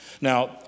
Now